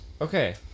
Okay